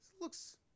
looks